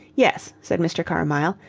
yes, said mr. carmyle,